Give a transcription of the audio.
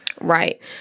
Right